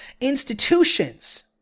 institutions